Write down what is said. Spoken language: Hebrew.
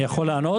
אני יכול לענות?